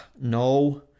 no